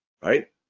right